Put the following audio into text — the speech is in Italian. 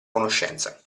conoscenza